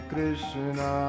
Krishna